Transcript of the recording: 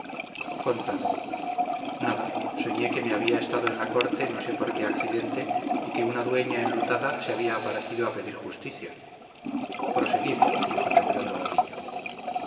contad nada soñé que había estado en la corte no sé por qué accidente y que una dueña enlutada se había aparecido a pedir justicia proseguid dijo temblando vadillo